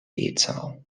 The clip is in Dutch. eetzaal